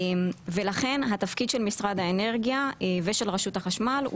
ולכן התפקיד של משרד האנרגיה ושל רשות החשמל,